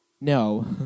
No